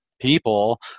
people